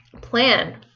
plan